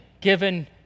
given